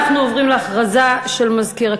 אנחנו עוברים להודעה של סגן מזכירת